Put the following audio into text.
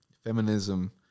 Feminism